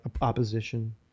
opposition